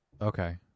Okay